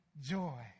joy